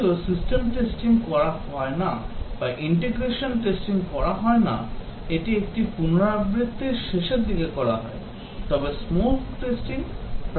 যদিও system testing করা হয় না বা ইন্টিগ্রেশন টেস্টিং করা হয় না এটি একটি পুনরাবৃত্তির শেষের দিকে করা হয় তবে smoke testing প্রায়শই করা হয়